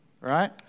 Right